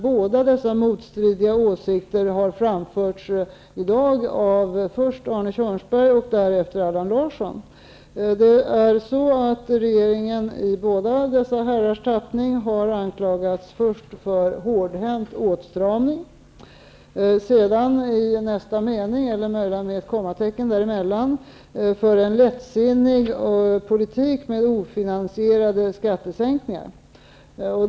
Båda dessa motstridiga åsikter har förts fram i dag av först Arne Kjörnsberg och därefter Allan Larsson. Regeringen har, i dessa båda herrars tappning, anklagats först för hårdhänt åtstramning, sedan i nästa mening, eller möjligen med ett kommatecken emellan, för en lättsinnig politik med ofinansierade skattesänkningar.